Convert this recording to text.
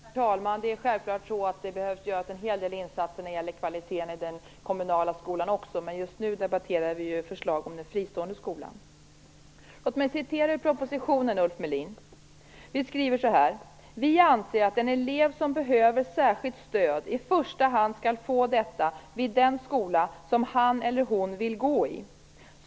Herr talman! Det är självklart att det behövs insatser även när det gäller kvaliteten i den kommunala skolan. Men nu debatterar vi förslag om den fristående skolan. Låt mig citera ur propositionen, Ulf Melin. Vi skriver: "Vi anser att en elev som behöver särskilt stöd i första hand skall få detta vid den skola som han eller hon vill gå i.